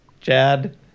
Chad